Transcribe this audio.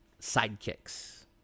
sidekicks